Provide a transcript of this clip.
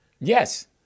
Yes